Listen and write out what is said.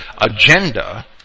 agenda